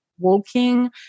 Walking